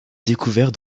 découvert